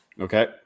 Okay